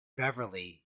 beverley